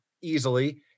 easily